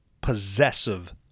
possessive